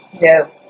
No